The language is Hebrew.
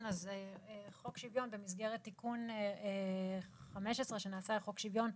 חוק שוויון, במסגרת תיקון 15 שנעשה לחוק שוויון,